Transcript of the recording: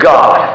God